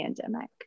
pandemic